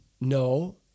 no